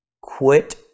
Quit